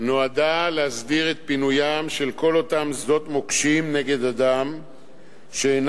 נועדה להסדיר את פינוים של כל אותם שדות מוקשים נגד אדם שאינם